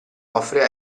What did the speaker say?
offre